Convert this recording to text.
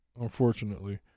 unfortunately